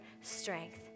strength